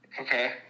Okay